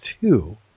two